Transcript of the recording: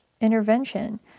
intervention